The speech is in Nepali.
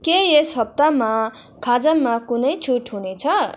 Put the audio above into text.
के यस हप्तामा खाजामा कुनै छुट हुनेछ